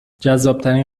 جذابترین